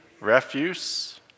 Refuse